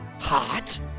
Hot